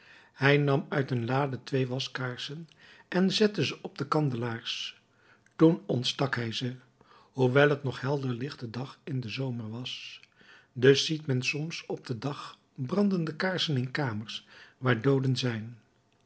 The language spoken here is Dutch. hij nam uit een lade twee waskaarsen en zette ze op de kandelaars toen ontstak hij ze hoewel t nog helderlichte dag in den zomer was dus ziet men soms op den dag brandende kaarsen in kamers waar dooden zijn